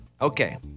Okay